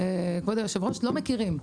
כבוד היושב ראש, לא מכירים,